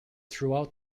throughout